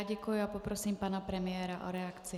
Děkuji a poprosím pana premiéra o reakci.